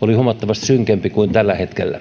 oli huomattavasti synkempi kuin tällä hetkellä